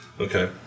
okay